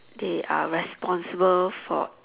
they are responsible for